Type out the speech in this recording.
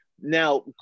Now